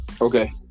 okay